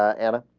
anna